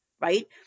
right